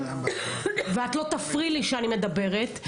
ואת לא תפריעי לי כשאני מדברת,